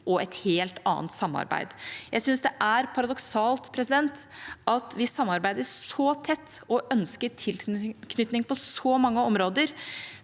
er et helt annet samarbeid. Jeg syns det er paradoksalt at vi samarbeider så tett og ønsker tilknytning på så mange områder,